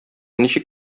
ничек